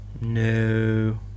no